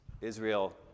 Israel